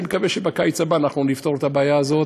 אני מקווה שבקיץ הבא נפתור את הבעיה הזאת,